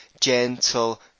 gentle